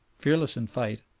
fearless in fight,